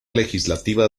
legislativa